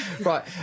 Right